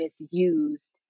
misused